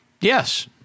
yes